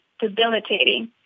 debilitating